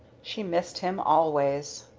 she missed him, always.